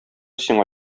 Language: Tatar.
сиңа